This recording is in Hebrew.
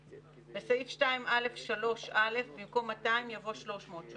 בסעיף 2(א)(3)(א), במקום "200" יבוא "300".